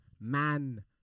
man